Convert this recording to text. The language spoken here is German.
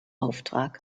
auftrag